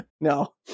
No